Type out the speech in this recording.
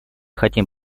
хотим